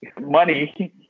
Money